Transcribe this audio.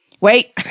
wait